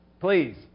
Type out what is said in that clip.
Please